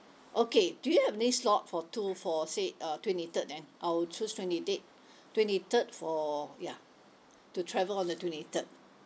okay do you have this slot for two for say uh twenty third and I'll choose twenty date twenty third for ya to travel on the twenty third